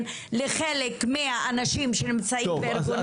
לחלק מהאנשים שנמצאים בארגוני הפשיעה.